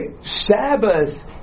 Sabbath